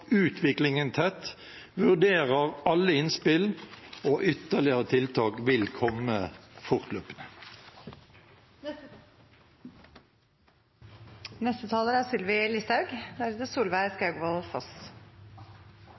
utviklingen tett, vurderer alle innspill, og ytterligere tiltak vil komme fortløpende.